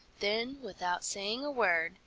then, without saying a word,